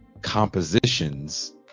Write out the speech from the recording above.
compositions